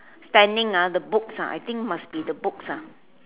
standing ah the books ah I think must be the books ah